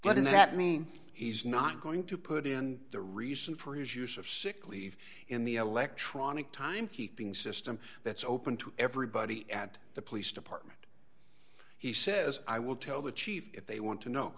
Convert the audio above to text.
in that mean he's not going to put in the reason for his use of sick leave in the electronic time keeping system that's open to everybody at the police department he says i will tell the chief if they want to know